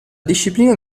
disciplina